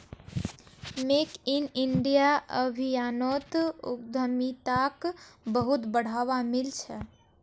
make in India अभियानोत उद्यमिताक बहुत बढ़ावा मिल छ